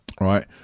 right